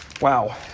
Wow